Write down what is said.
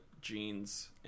jeans